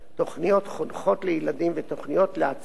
תוכניות חונכות לילדים ותוכניות להעצמה